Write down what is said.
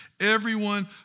Everyone